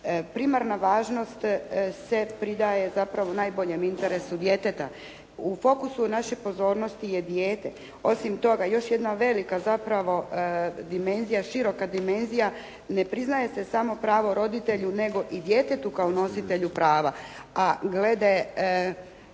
primarna važnost se pridaje zapravo najboljem interesu djeteta. U fokusu naše pozornosti je dijete. Osim toga još jedna velika zapravo dimenzija, široka dimenzija. Ne priznaje se samo pravo roditelju, nego i djetetu kao nositelju prava, a glede